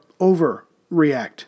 overreact